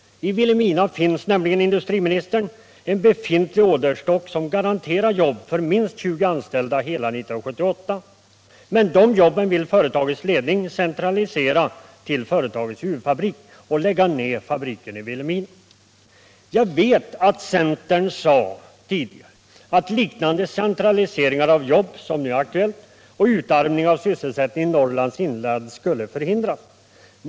I Vilhelmina finns nämligen en orderstock som garanterar jobb för minst 20 anställda under hela 1978, men dessa jobb vill företagets ledning centralisera till företagets huvudfabrik och lägga ned fabriken i Vilhelmina. Jag vet att centern tidigare sagt att sådana centraliseringar av jobb som den här är aktuella och sådan utarmning av sysselsättningen i Norrlands inland skulle förhindras.